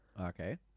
Okay